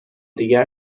دیگر